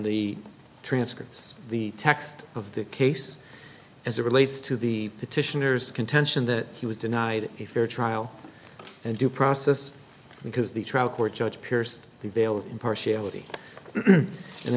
the transcripts the text of the case as it relates to the petitioners contention that he was denied a fair trial and due process because the trial court judge pierced the veil of impartiality and